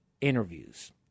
interviews